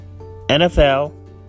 NFL